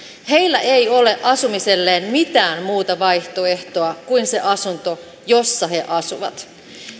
heillä ei ole asumiselleen mitään muuta vaihtoehtoa kuin se asunto jossa he asuvat